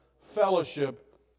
fellowship